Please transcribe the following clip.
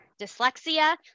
dyslexia